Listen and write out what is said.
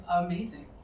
amazing